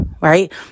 right